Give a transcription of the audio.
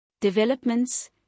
Developments